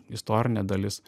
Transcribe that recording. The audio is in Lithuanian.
istorinė dalis